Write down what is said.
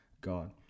God